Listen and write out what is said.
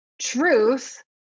Truth